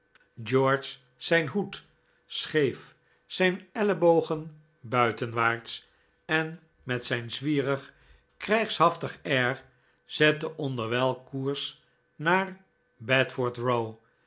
george zijn hoed scheef zijn ellebogen buitenwaarts en met zijn zwierig krijgshaftig air zette onderwijl koers naar bedford row